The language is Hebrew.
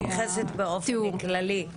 אני מתייחסת באופן כללי.